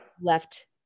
left